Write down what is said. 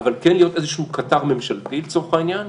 אבל כן להיות איזשהו קטר ממשלתי, לצורך העניין,